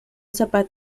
zapata